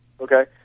Okay